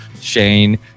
Shane